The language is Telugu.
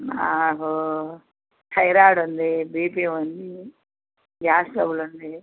నాకు థైరాయిడ్ ఉంది బీ పీ ఉంది గ్యాస్ ట్రబుల్ ఉంది